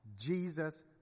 Jesus